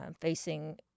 facing